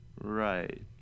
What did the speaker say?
Right